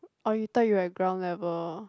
oh you thought you're at ground level